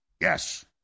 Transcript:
Yes